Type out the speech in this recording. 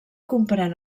comprèn